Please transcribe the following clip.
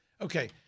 Okay